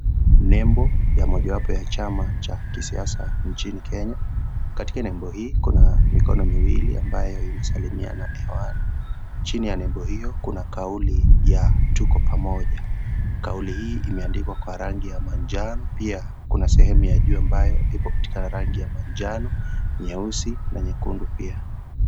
Nembo ya moja wapo yachama cha kisiasa nchini Kenya, katika nembo hii kuna mikono miwili ambao imesalimiana hewani, chini ya nembo hiyo kuna kauli ya tuko pamoja, kauli hii imeandikwa kwa rangi ya manjano pia kuna sehemu ya juu ambao iko katika rangi ya manjano, nyeusi na nyekundu pia.